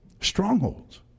Strongholds